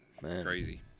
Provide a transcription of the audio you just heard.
Crazy